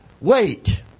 Wait